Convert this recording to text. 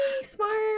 smart